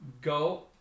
go